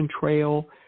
Trail